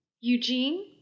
Eugene